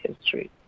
history